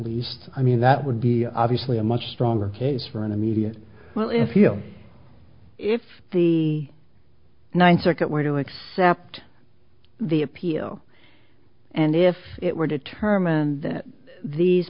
least i mean that would be obviously a much stronger case for an immediate well if you if the ninth circuit were to accept the appeal and if it were determined that these